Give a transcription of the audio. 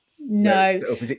No